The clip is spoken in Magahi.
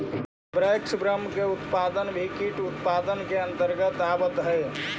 वैक्सवर्म का उत्पादन भी कीट उत्पादन के अंतर्गत आवत है